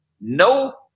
No